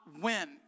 win